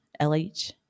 LH